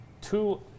two